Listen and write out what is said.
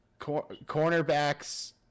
Cornerbacks